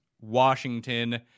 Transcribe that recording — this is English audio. Washington